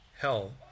hell